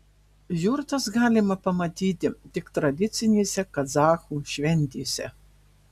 jurtas galima pamatyti tik tradicinėse kazachų šventėse